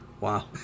Wow